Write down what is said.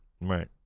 Right